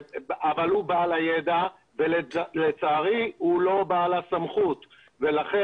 הוא בעל הידע אבל לא בעל הסמכות, לצערי.